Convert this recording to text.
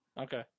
Okay